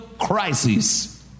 crisis